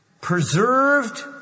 preserved